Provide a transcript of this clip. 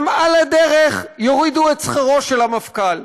על הדרך גם יורידו את שכרו של המפכ"ל,